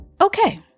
Okay